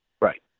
Right